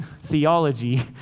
theology